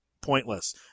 pointless